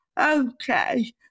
Okay